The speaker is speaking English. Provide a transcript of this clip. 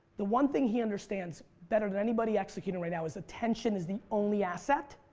the one thing he understands better than anybody executing right now is attention is the only asset.